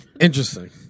Interesting